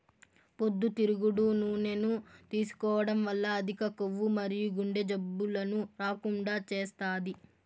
పొద్దుతిరుగుడు నూనెను తీసుకోవడం వల్ల అధిక కొవ్వు మరియు గుండె జబ్బులను రాకుండా చేస్తాది